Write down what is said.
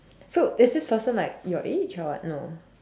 so is this person like your age or what no